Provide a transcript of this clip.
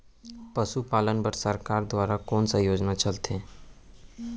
पशुपालन बर सरकार दुवारा कोन स योजना चलत हे?